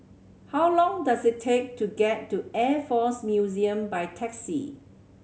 how long does it take to get to Air Force Museum by taxi